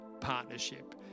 partnership